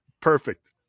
perfect